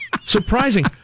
surprising